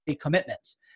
commitments